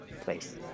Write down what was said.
place